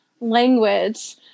language